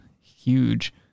Huge